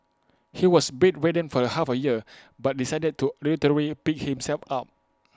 he was bedridden for the half A year but decided to literally pick himself up